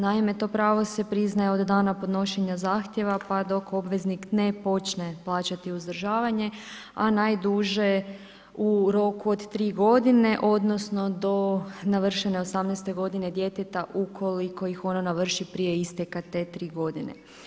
Naime, to pravo se priznaje od dana podnošenja zahtjeva, pa dok obveznik ne počne plaćati uzdržavanje, a najduže u roku od 3 godine odnosno do navršene 18 godine djeteta ukoliko ih ono navrši prije isteka te tri godine.